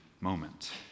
moment